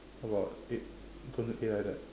about eight going to eight like that